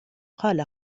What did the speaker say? قال